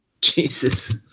Jesus